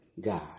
God